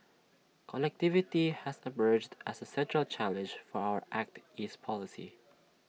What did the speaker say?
connectivity has emerged as A central challenge for our act east policy